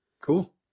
cool